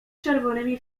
czerwonymi